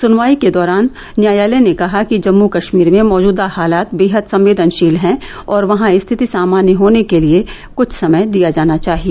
सनवाई के दौरान न्यायालय ने कहा कि जम्म कश्मीर में मौजूदा हालात बेहद संवेदनशील हैं और वहां स्थिति सामान्य होने के लिए कुछ समय दिया जाना चाहिए